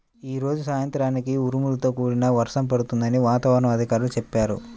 యీ రోజు సాయంత్రానికి ఉరుములతో కూడిన వర్షం పడుతుందని వాతావరణ అధికారులు చెప్పారు